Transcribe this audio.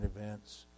events